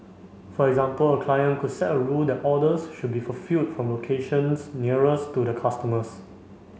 for example a client could set a rule that orders should be fulfilled from locations nearest to the customers